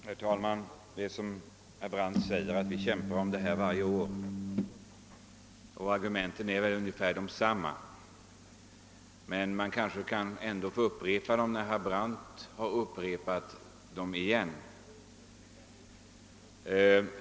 Herr talman! Som herr Brandt säger kämpar vi om detta varje år, och argumenten är väl ungefär desamma. Men man kanske kan få upprepa dem när herr Brandt har upprepat sina argument igen.